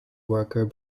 worker